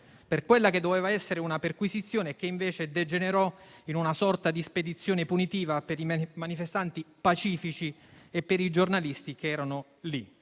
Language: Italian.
per quella che doveva essere una perquisizione e che invece degenerò in una sorta di spedizione punitiva per i manifestanti pacifici e per i giornalisti che erano lì